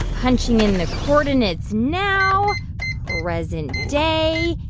punching in the coordinates now present day,